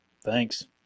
thanks